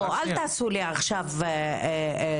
אל תעשו לי עכשיו סולחה.